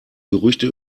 gerüchte